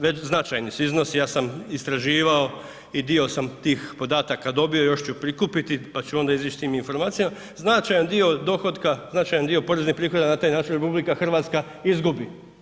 Već značajni su iznosi, ja sam istraživao i dio sam tih podataka dobio, još ću prikupiti pa ću onda izići s tim informacijama, značajan dio dohotka, značajan dio poreznih prihoda na taj način RH izgubi.